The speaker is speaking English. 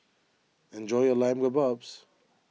enjoy your Lamb Kebabs